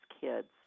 kids